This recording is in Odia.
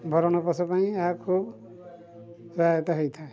ଭରଣ ପୋଷଣ ପାଇଁ ଏହାକୁ ସହାୟତା ହେଇଥାଏ